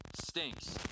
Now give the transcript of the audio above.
stinks